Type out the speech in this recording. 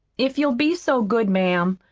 if you'll be so good, ma'am,